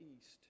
east